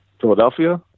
philadelphia